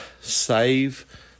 save